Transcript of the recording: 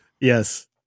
Yes